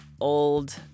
old